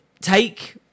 take